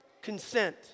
consent